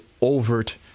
overt